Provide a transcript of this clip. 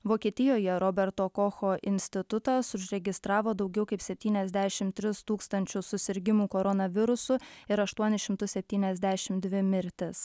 vokietijoje roberto kocho institutas užregistravo daugiau kaip septyniasdešimt tris tūkstančius susirgimų koronavirusu ir aštuonis šimtus septyniasdešimt dvi mirtis